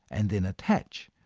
and then attach,